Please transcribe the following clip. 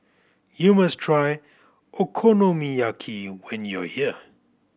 you must try Okonomiyaki when you are here